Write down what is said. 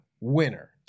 winner